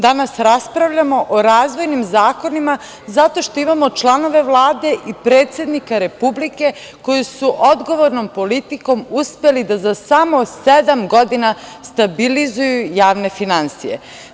Danas raspravljamo o razvojnim zakonima zato što imamo članove Vlade i predsednika Republike koji su odgovornom politikom uspeli da za samo sedam godina stabilizuju javne finansije.